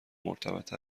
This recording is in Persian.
مرتبط